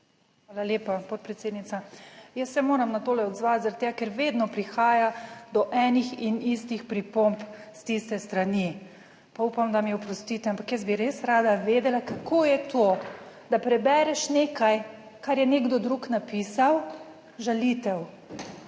Hvala lepa, podpredsednica. Jaz se moram na tole odzvati zaradi tega, ker vedno prihaja do enih in istih pripomb s tiste strani, pa upam, da mi oprostite, ampak jaz bi res rada vedela, kako je to, da prebereš nekaj, kar je nekdo drug napisal, žalitev,